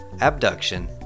Abduction